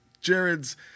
Jared's